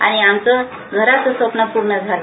आणि आमचं घराचं स्वप्न पूर्ण झालं